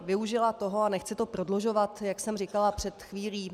Využila bych toho a nechci to prodlužovat, jak jsem říkala před chvílí.